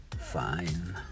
Fine